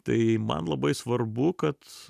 tai man labai svarbu kad